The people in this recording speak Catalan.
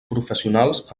professionals